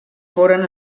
foren